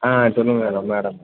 ஆ சொல்லுங்கள் madam madam